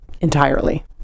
entirely